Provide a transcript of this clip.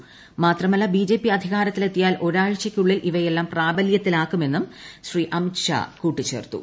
മ്യൂത്രമല്ല BJP അധികാരത്തിലെത്തിയാൽ ഒരാഴ്ച്ചയ്ക്കുള്ളിൽ ഇവയെല്ലാം പ്രാബലൃത്തിലാക്കുമെന്നും അദ്ദേഷ്ഠം കൂട്ടിച്ചേർത്തു